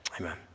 Amen